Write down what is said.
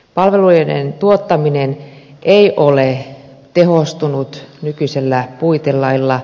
palveluiden tuottaminen ei ole tehostunut nykyisellä puitelailla